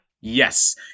Yes